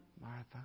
Martha